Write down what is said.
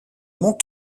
mont